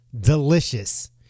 Delicious